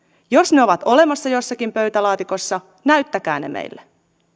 jos ne ovat olemassa jossakin pöytälaatikossa näyttäkää ne meille